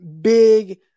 big